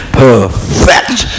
perfect